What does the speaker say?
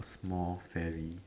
a small fairy